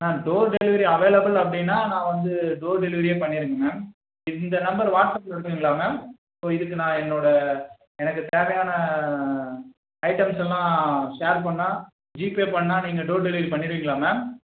ma'am door delivery அவைளப்பில் அப்படினா நான் வந்து டோர் டெலிவரியே பண்ணிருங்க மேம் இந்த நம்பர் வாட்ஸ் ஆப்ல இருக்காங்களா மேம் இப்போ இதுக்கு நான் என்னோட எனக்கு தேவையான ஐட்டம்ஸ் எல்லாம் ஷேர் பண்ணா ஜிபே பண்ணா நீங்கள் டோர் டெலிவரி பண்ணிருவிங்களா மேம்